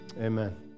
Amen